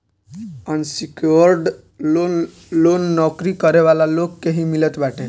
unsecured loan loan नोकरी करे वाला लोग के ही मिलत बाटे